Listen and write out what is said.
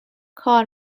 کار